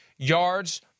Yards